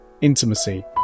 Intimacy